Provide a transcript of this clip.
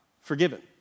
forgiven